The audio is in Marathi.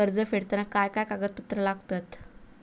कर्ज फेडताना काय काय कागदपत्रा लागतात?